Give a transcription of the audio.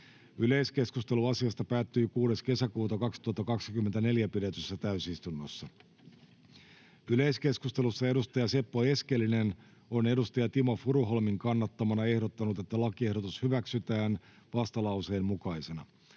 Yleiskeskustelu asiasta päättyi 6.6.2024 pidetyssä täysistunnossa. Yleiskeskustelussa edustaja Seppo Eskelinen on edustaja Timo Furuholmin kannattamana ehdottanut, että lakiehdotus hyväksytään vastalauseen mukaisena.